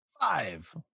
Five